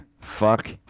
Fuck